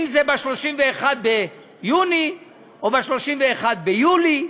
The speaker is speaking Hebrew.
אם זה ב-31 ביוני, או ב-31 ביולי,